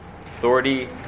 authority